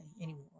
anymore